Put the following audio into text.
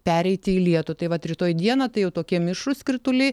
pereiti į lietų tai vat rytoj dieną tai jau tokie mišrūs krituliai